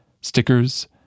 stickers